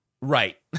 right